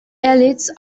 elites